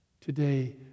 Today